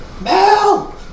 Mel